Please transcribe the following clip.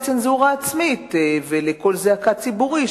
לצנזורה עצמית ולקול זעקה ציבורי,